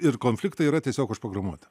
ir konfliktai yra tiesiog užprogramuoti